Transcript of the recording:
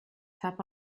tap